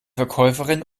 verkäuferin